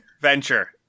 venture